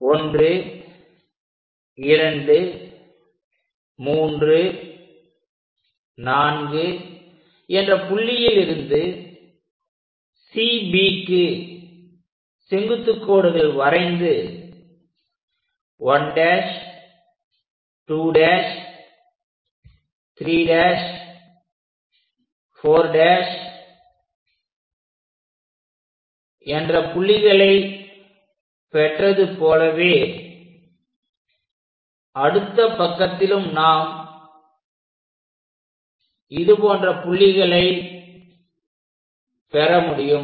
1 2 3 4 என்ற புள்ளியிலிருந்து CBக்கு செங்குத்துக் கோடுகள் வரைந்து 1' 2' 3' 4' என்ற புள்ளிகளை பெற்றது போலவே அடுத்த பக்கத்திலும் நாம் இதுபோன்ற புள்ளிகளை பெற முடியும்